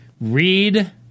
Read